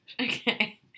Okay